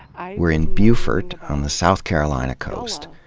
ah we're in beaufort, on the south carolina coast.